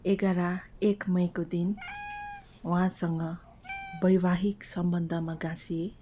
एघार एक मईको दिन वहाँसँग वैवाहिक सम्बन्धमा गाँसिएँ